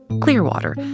Clearwater